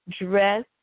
dress